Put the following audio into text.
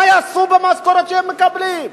מה הם יעשו במשכורת שהם מקבלים?